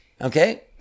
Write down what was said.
Okay